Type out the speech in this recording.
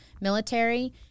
military